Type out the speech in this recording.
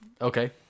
okay